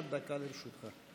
עד דקה לרשותך.